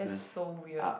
so weird